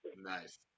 Nice